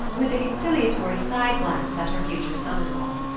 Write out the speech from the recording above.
with a conciliatory side-glance at her future son-in-law.